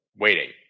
waiting